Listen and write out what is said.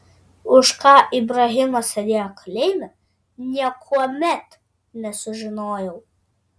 už ką ibrahimas sėdėjo kalėjime niekuomet nesužinojau